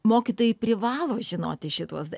mokytojai privalo žinoti šituos